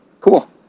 Cool